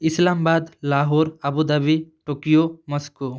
Islamabad Lahore Abu Dhabi Tokyo Moscow